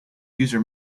user